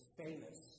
famous